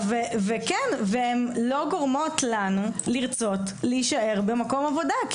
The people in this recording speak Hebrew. והן לא גורמות לנו לרצות להישאר במקום עבודה.